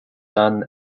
dunn